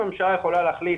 הממשלה יכולה להחליט